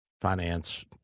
finance